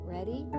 Ready